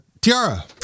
tiara